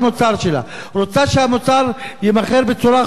רוצה שהמוצר יימכר בצורה חוקית ומסודרת.